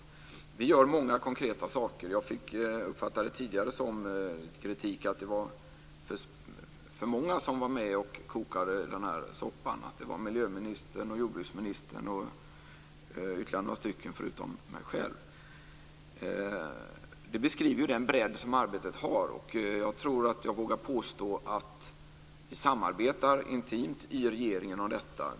Vi gör många konkreta saker. Jag uppfattade det tidigare som kritik att det var för många som var med och kokade i den här soppan: miljöministern, jordbruksministern och ytterligare några förutom jag själv. Det beskriver den bredd som arbetet har. Jag tror att jag vågar påstå att vi samarbetar intimt i regeringen om detta.